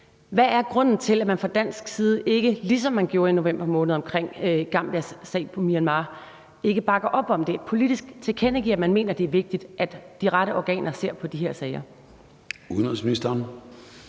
Hvad er grunden til, at man fra dansk side ikke – ligesom man gjorde i november måned med Gambias sag mod Myanmar – bakker op om det og politisk tilkendegiver, at man mener, at det er vigtigt, at de rette organer ser på de her sager? Kl.